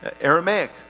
Aramaic